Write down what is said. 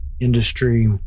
industry